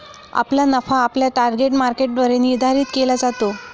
आपला नफा आपल्या टार्गेट मार्केटद्वारे निर्धारित केला जातो